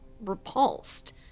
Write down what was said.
repulsed